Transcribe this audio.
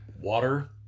water